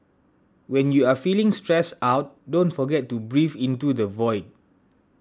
when you are feeling stressed out don't forget to breathe into the void